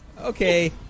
Okay